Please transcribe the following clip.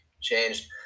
changed